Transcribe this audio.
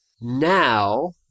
Now